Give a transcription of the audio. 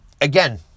again